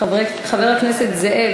חבר הכנסת זאב,